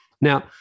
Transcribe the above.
Now